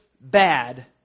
bad